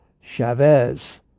Chavez